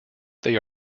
they